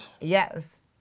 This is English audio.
yes